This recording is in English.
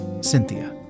Cynthia